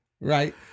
Right